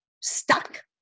stuck